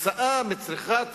כתוצאה מצריכת